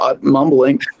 mumbling